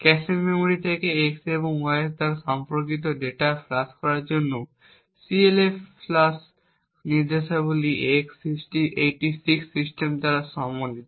ক্যাশে memory থেকে x এবং y এর সাথে সম্পর্কিত ডেটা ফ্লাশ করার জন্য CLFLUSH নির্দেশাবলী x86 সিস্টেম দ্বারা সমর্থিত